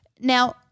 Now